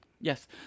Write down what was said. yes